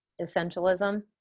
essentialism